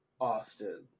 Austin